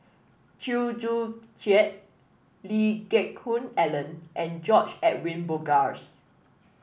Chew Joo Chiat Lee Geck Hoon Ellen and George Edwin Bogaars